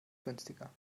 günstiger